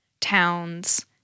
towns